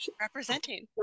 representing